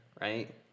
Right